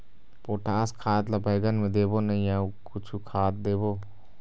Potash खाद ला बैंगन मे देबो नई या अऊ कुछू खाद देबो?